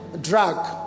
Drug